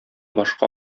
башка